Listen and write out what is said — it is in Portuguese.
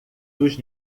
dos